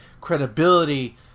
credibility